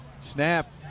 snap